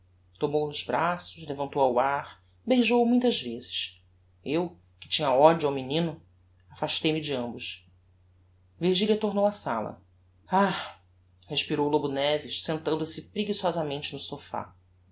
tomou-o nos braços levantou o ao ar beijou-o muitas vezes eu que tinha odio ao menino afastei-me de ambos virgilia tornou á sala ah respirou o lobo neves sentando-se preguiçosamente no sophá